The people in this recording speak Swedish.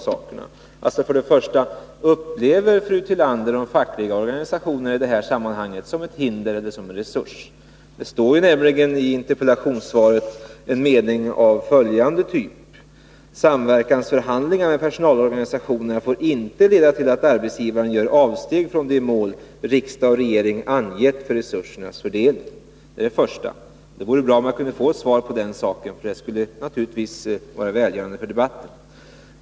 Upplever för det första fru Tillander de fackliga organisationerna i detta sammanhang som ett hinder eller som en resurs? I interpellationssvaret står nämligen bl.a. följande: ”Samverkansförhandlingar med personalorganisationerna får inte leda till att arbetsgivaren gör avsteg från de mål riksdag och regering angett för resursernas fördelning.” Det vore bra om jag kunde få ett svar på denna min första fråga, för det skulle vara välgörande för debatten.